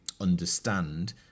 understand